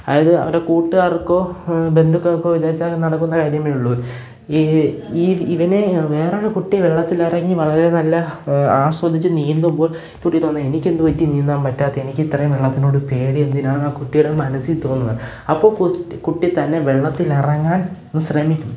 അതായത് അവരെ കൂട്ടുകാർക്കോ ബന്ധുക്കൾക്കോ വിചാരിച്ചാലത് നടക്കുന്ന കാര്യമേയുള്ളു ഈ ഇവനെ വേറൊരു കുട്ടി വെള്ളത്തിലിറങ്ങി വളരെ നല്ല ആസ്വദിച്ച് നീന്തുമ്പോൾ ഈ കുട്ടിക്ക് തോന്നും എനിക്കെന്തുപറ്റി നീന്താൻ പറ്റാത്തെ എനിക്കിത്രേം വെള്ളത്തിനോട് പേടി എന്തിനാണെന്നാ കുട്ടിയുടെ മനസ്സിൽ തോന്നണം അപ്പോള് കുട്ടി തന്നെ വെള്ളത്തിലിറങ്ങാൻ ശ്രമിക്കും